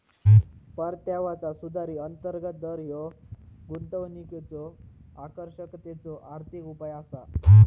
परताव्याचा सुधारित अंतर्गत दर ह्या गुंतवणुकीच्यो आकर्षकतेचो आर्थिक उपाय असा